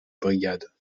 brigade